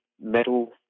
metal